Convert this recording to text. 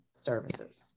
services